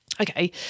Okay